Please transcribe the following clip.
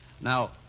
Now